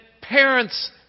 parents